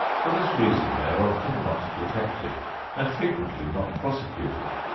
for this reason they are often not detected and frequently not prosecuted,